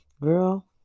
Girl